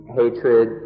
hatred